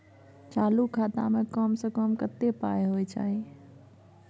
चालू खाता में कम से कम कत्ते पाई होय चाही?